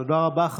תודה רבה.